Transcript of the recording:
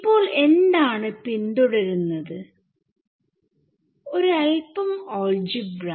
ഇപ്പോൾ എന്താണ് പിന്തുടരുന്നത്ഒരു അൽപം ആൾജിബ്രാ